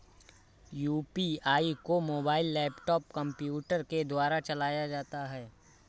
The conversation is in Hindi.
यू.पी.आई को मोबाइल लैपटॉप कम्प्यूटर के द्वारा चलाया जाता है